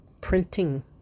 Printing